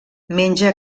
menja